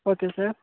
okay sir